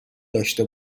داشته